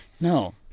No